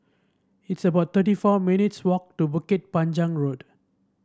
it's about thirty four minutes' walk to Bukit Panjang Road